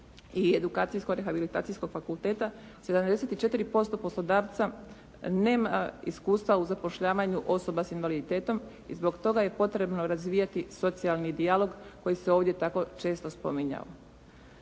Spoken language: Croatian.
i Edukacijsko-rehabilitacijskog fakulteta 74% poslodavaca nema iskustva u zapošljavanju osoba s invaliditetom i zbog toga je potrebno razvijati socijalni dijalog koji se ovdje tako često spominjao.